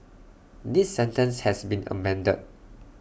this sentence has been amended